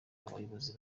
abayobozi